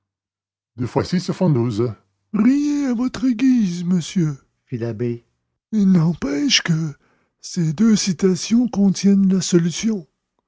deux fois six font douze riez à votre guise monsieur fit l'abbé il n'empêche que ces deux citations contiennent la solution